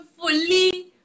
fully